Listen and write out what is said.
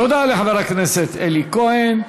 תודה לחבר הכנסת אלי כהן.